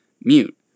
mute